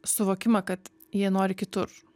suvokimą kad jie nori kitur